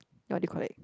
what do you collect